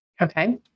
Okay